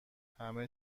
همه